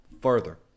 further